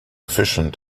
efficient